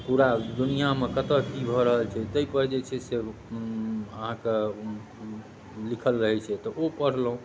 पूरा दुनिआँमे कतऽ की भऽ रहल छै ताहिपर जे छै से अहाँके लिखल रहै छै तऽ ओ पढ़लहुँ